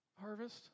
Harvest